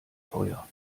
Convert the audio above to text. feuer